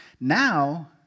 Now